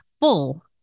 full